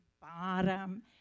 bottom